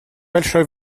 большое